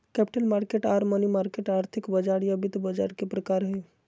capital market आर money market आर्थिक बाजार या वित्त बाजार के प्रकार हय